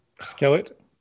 Skillet